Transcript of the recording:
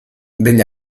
degli